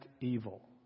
evil